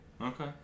Okay